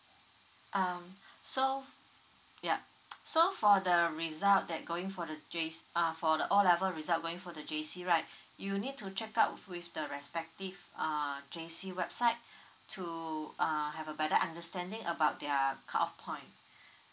um so yup so for the result that going for the J uh for the O level result going for the J_C right you need to check out with with the respective uh J_C website to uh have a better understanding about their cut off point